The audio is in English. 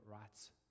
rights